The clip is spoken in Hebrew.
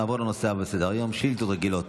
נעבור לנושא הבא בסדר-היום: שאילתות רגילות